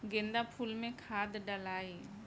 गेंदा फुल मे खाद डालाई?